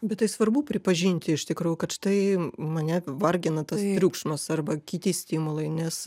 bet tai svarbu pripažinti iš tikrųjų kad štai mane vargina tas triukšmas arba kiti stimulai nes